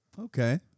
Okay